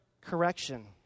correction